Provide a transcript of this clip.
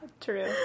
true